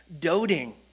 doting